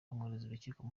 urukiko